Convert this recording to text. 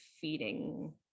feeding